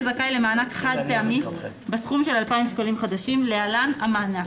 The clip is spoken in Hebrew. זכאי למענק חד פעמי בסכום של 2,000 שקלים חדשים (להלן- המענק):